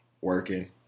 working